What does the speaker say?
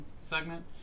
segment